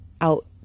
out